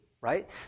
right